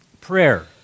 prayer